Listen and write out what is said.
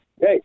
Hey